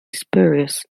spurious